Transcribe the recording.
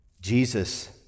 Jesus